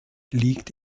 liegt